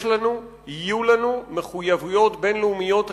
יש לנו, יהיו לנו, מחויבויות בין-לאומיות רציניות,